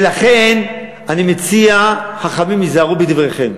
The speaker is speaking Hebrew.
ולכן, אני מציע, חכמים היזהרו בדבריכם.